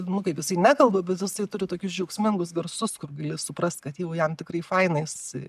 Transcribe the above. nu kaip jisai nekalba bet jisai turi tokius džiaugsmingus garsus kur gali suprast kad jau jam tikrai faina jis